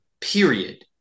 period